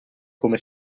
come